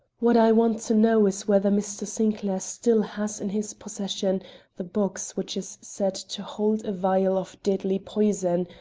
what i want to know is whether mr. sinclair still has in his possession the box which is said to hold a vial of deadly poison,